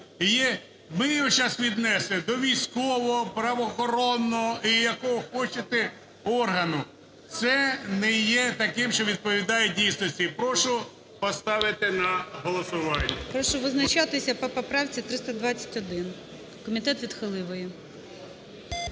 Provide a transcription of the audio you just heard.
Ми його зараз віднесли до військового, правоохоронного і, якого хочете, органу, це не є таким, що відповідає дійсності. Прошу поставити на голосування. ГОЛОВУЮЧИЙ. Прошу визначатися по поправці 321, комітет відхилив її.